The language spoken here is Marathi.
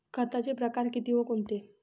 खताचे प्रकार किती व कोणते?